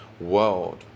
world